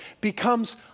becomes